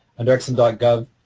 and exim but gov,